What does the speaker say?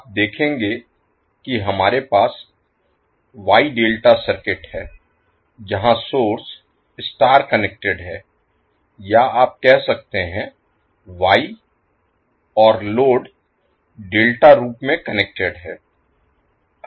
आप देखेंगे कि हमारे पास Y ∆ सर्किट हैं जहां सोर्स स्टार कनेक्टेड है या आप कह सकते हैं वाई और लोड डेल्टा रूप में कनेक्टेड है